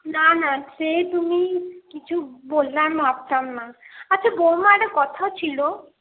না না সে তুমি কিছু বললে আমি ভাবতাম না আচ্ছা বৌমা একটা কথা ছিল